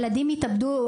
ילדים יתאבדו,